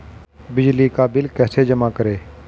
बिजली का बिल कैसे जमा करें?